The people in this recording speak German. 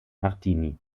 martini